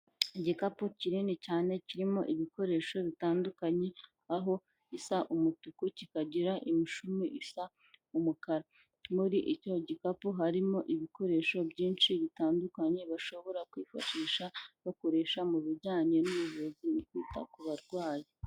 Igikapu kinini cyane kirimo ibikoresho bitandukanye aho gisa umutuku kikagira imishumi isa umukara, muri icyo gikapu harimo ibikoresho byinshi bitandukanye bashobora kwifashisha bakoresha mu bijyanye n'ubuvuzi kwita ku barwayi.